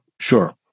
Sure